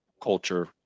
culture